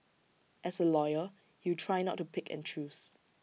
as A lawyer you try not to pick and choose